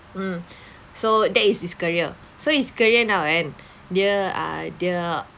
mm so that is his career so his career now kan dia ah dia